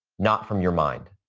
not from your mind.